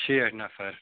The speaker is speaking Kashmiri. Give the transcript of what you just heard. شیٹھ نَفر